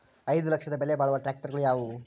ಐದು ಲಕ್ಷದ ಬೆಲೆ ಬಾಳುವ ಟ್ರ್ಯಾಕ್ಟರಗಳು ಯಾವವು?